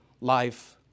life